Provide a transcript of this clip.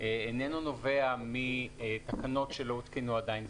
איננו נובע מתקנות שלא הותקנו עדיין.